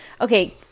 Okay